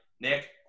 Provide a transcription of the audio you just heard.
Nick